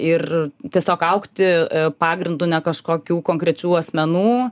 ir tiesiog augti pagrindu ne kažkokių konkrečių asmenų